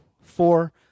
four